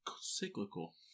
cyclical